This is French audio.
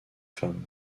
femmes